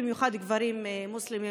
במיוחד גברים מוסלמים,